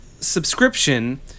subscription